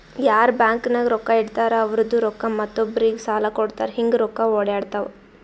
ಯಾರ್ ಬ್ಯಾಂಕ್ ನಾಗ್ ರೊಕ್ಕಾ ಇಡ್ತಾರ ಅವ್ರದು ರೊಕ್ಕಾ ಮತ್ತೊಬ್ಬರಿಗ್ ಸಾಲ ಕೊಡ್ತಾರ್ ಹಿಂಗ್ ರೊಕ್ಕಾ ಒಡ್ಯಾಡ್ತಾವ